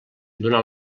donà